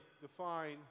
define